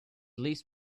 least